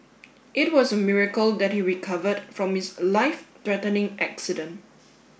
it was a miracle that he recovered from his life threatening accident